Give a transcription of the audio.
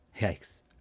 Yikes